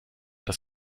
das